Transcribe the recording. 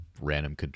random